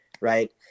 right